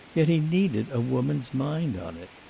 yet he needed a woman's mind on it.